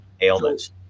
ailments